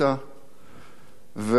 והדרך הזו,